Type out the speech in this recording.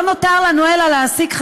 לא נותר לנו אלא להסיק,